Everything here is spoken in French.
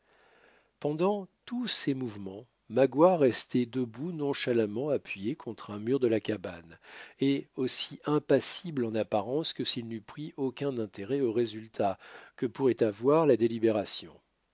pendant tous ces mouvements magua restait debout nonchalamment appuyé contre un mur de la cabane et aussi impassible en apparence que s'il n'eut pris aucun intérêt au résultat que pourrait avoir la délibération